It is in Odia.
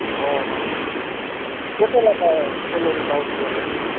ଓହୋ ହୋ କେତେ ଲେଖା ସାଲାରି ପାଉଛୁ ହେଲେ